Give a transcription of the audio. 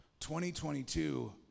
2022